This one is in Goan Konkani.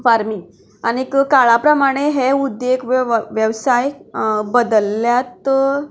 फार्मींग आनी काळा प्रमाणे हे उद्देग वेवसाय बदलल्यात